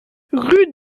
rue